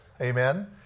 amen